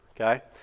okay